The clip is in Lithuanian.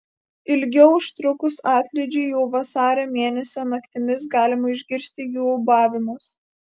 ilgiau užtrukus atlydžiui jau vasario mėnesį naktimis galima išgirsti jų ūbavimus